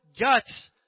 guts